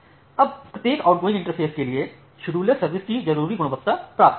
अब प्रत्येक outgoing interface के लिए शेड्यूलर सर्विस की ज़रूरी गुणवत्ता प्राप्त करता है